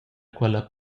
quella